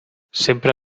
sempre